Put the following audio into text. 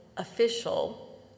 official